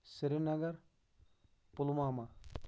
Sri Nagar Pulwama